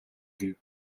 гэв